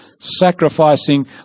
sacrificing